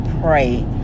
pray